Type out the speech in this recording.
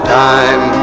time